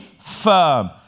firm